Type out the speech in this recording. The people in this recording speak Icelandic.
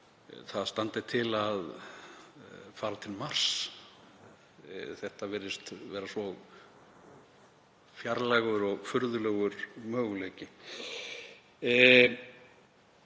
það standi til að fara til Mars, það virðist vera svo fjarlægur og furðulegur möguleiki.